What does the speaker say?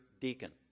deacon